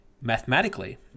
mathematically